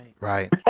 Right